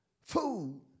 food